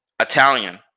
Italian